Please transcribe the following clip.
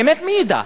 באמת מי ידע?